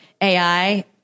AI